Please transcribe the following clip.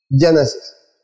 Genesis